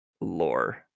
lore